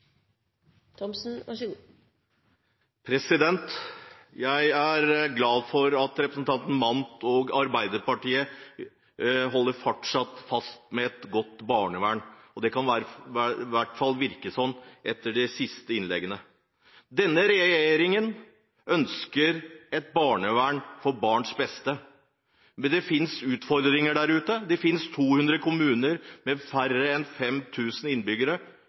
Arbeiderpartiet fortsatt holder fast ved et godt barnevern, det kan i hvert fall virke slik etter de siste innleggene. Denne regjeringen ønsker et barnevern for barns beste, men det finnes utfordringer. Det finnes 200 kommuner med færre enn 5 000 innbyggere